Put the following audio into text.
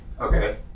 Okay